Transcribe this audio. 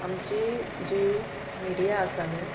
आमची जी मिडिया आसा न्हू